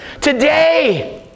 Today